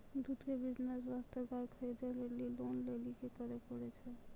दूध के बिज़नेस वास्ते गाय खरीदे लेली लोन लेली की करे पड़ै छै?